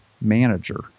Manager